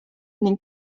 ning